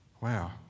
Wow